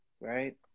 right